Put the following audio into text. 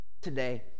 today